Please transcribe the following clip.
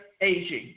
aging